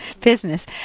business